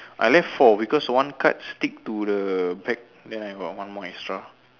I left four because one card stick to the back then I got one more extra